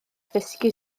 ddysgu